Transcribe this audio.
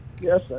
yes